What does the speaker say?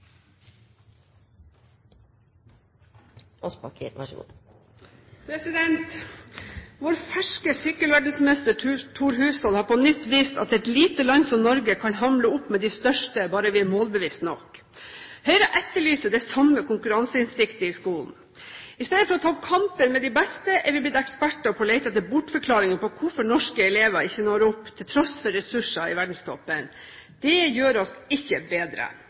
Vår ferske sykkelverdensmester, Thor Hushovd, har på nytt vist at et lite land som Norge kan hamle opp med de største, bare vi er målbevisste nok. Høyre etterlyser det samme konkurranseinstinktet i skolen. I stedet for å ta opp kampen med de beste er vi blitt eksperter på å lete etter bortforklaringer på hvorfor norske elever ikke når opp, til tross for ressurser i verdenstoppen. Det gjør oss ikke bedre.